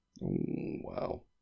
Wow